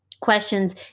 questions